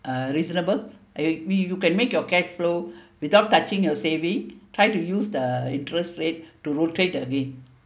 uh reasonable uh you can make your cash flow without touching your saving try to use the interest rate to rotate again